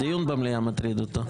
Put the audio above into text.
דיון במליאה מטריד אותו.